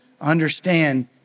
understand